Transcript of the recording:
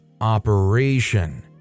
operation